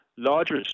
Larger